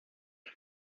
dim